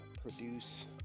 produce